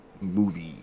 movie